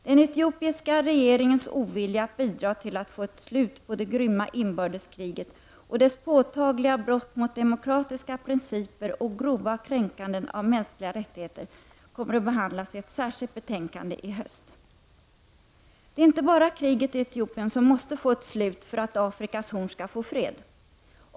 Den etiopiska regeringens ovilja att bidra till att få slut på det grymma inbördeskriget, dess påtagliga brott mot demokratiska principer och grova kränkande av mänskliga rättigheter kommer att behandlas i ett särskilt betänkande i höst. Det är inte bara kriget i Etiopien som måste få ett slut för att Afrikas horn skall få fred.